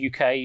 UK